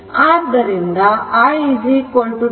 ಆದ್ದರಿಂದ i 100